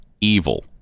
evil